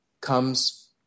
comes